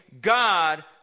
God